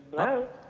hello?